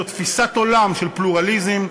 זאת תפיסת עולם של פלורליזם,